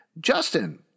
Justin